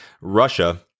Russia